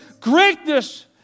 Greatness